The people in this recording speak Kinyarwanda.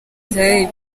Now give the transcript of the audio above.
israel